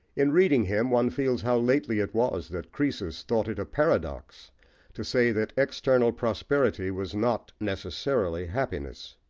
in reading him one feels how lately it was that croesus thought it a paradox to say that external prosperity was not necessarily happiness.